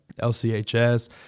LCHS